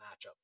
matchup